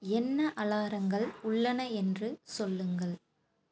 என்ன அலாரங்கள் உள்ளன என்று சொல்லுங்கள்